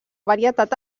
varietat